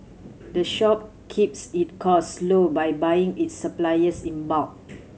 the shop keeps it cost low by buying its suppliers in bulk